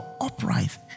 upright